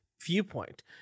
viewpoint